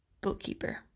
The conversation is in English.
bookkeeper